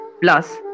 Plus